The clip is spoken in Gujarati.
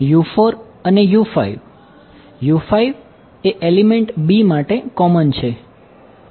અને એ એલિમેન્ટ b માટે કોમન છે